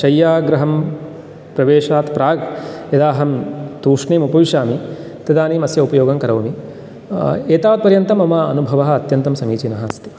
शय्यागृहं प्रवेशात् प्राक् यदाहं तूष्णीम् उपविशामि तदानीम् अस्य उपयोगङ्करोमि एतावपर्यन्तं मम अनुभवः अत्यन्तं समीचीनः अस्ति